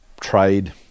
trade